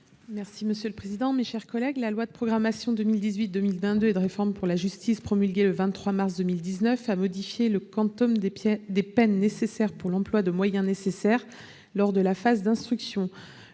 parole est à Mme Sylviane Noël. La loi de programmation 2018-2022 et de réforme pour la justice promulguée le 23 mars 2019 a modifié le quantum des peines requis pour l'emploi de moyens nécessaires lors de la phase d'instruction.